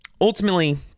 ultimately